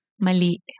Mali